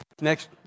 Next